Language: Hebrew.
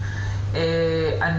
מדובר בוועדה שיש לה סמכויות.